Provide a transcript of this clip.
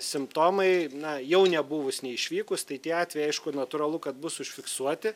simptomai na jau nebuvus neišvykus tai tie atvejai aišku natūralu kad bus užfiksuoti